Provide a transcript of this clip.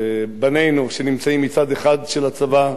בנינו, שנמצאים מצד אחד של הצבא,